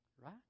Right